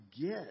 get